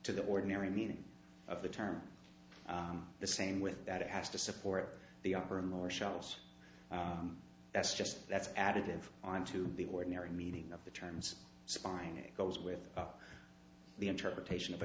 to the ordinary meaning of the term the same with that it has to support the upper and more shells that's just that's additive onto the ordinary meaning of the terms spine it goes with the interpretation of a